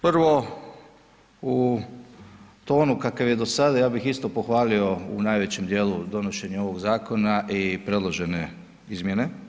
Prvo, u tonu kakav je do sada, ja bih isto pohvalio u najvećem djelu donošenje ovog zakona i predložene izmjene.